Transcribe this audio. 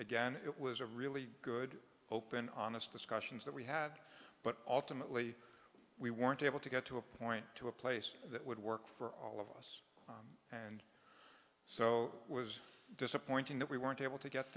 again it was a really good open honest discussions that we have but ultimately we weren't able to get to a point to a place that would work for all of us and so was disappointing that we weren't able to get